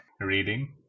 Reading